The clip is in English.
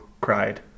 cried